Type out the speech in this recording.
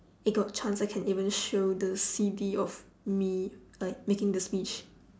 if got chance I can even show the C_D of me like making the speech